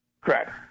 Correct